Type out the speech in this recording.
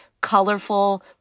colorful